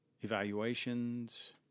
evaluations